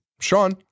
Sean